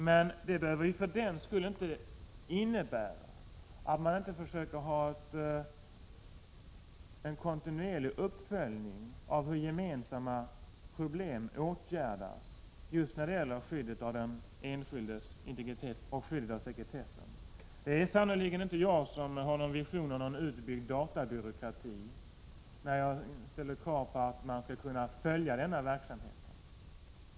Men det behöver för den skull inte innebära att man inte försöker ha en kontinuerlig uppföljning av hur gemensamma problem åtgärdas just när det gäller skyddet av den enskildes integritet och sekretessen. Det är sannerligen inte jag som har någon vision av en utbyggd databyråkrati, när jag ställer krav på att man skall kunna följa denna verksamhet.